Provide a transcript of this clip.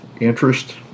interest